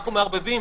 אנחנו מערבבים,